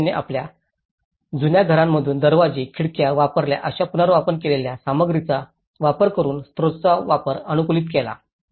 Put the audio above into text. रहिवाशांनी आपल्या जुन्या घरांमधून दरवाजे खिडक्या वापरल्या अशा पुनर्वापर केलेल्या सामग्रीचा वापर करून स्त्रोतांचा वापर अनुकूलित केला